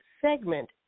segment